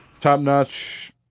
top-notch